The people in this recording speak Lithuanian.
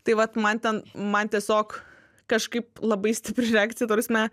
tai vat man ten man tiesiog kažkaip labai stipri reakcija ta prasme